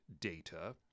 data